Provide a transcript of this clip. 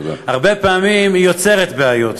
הרבה פעמים היא יוצרת בעיות.